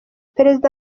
perezida